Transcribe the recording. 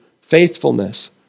faithfulness